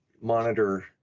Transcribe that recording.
monitor